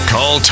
Call